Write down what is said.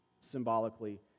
symbolically